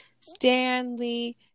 Stanley